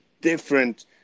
different